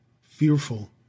Fearful